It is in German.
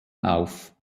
auf